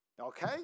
Okay